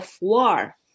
war